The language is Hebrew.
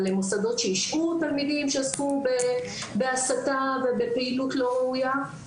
על מוסדות שהשעו תלמידים שעסקו בהסתה ובפעילות לא ראויה.